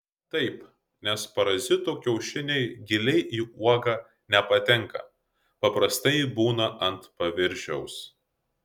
taip nes parazitų kiaušiniai giliai į uogą nepatenka paprastai būna ant paviršiaus